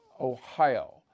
Ohio